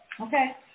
Okay